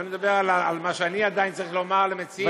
אני מדבר על מה שאני עדיין צריך לומר למציעים.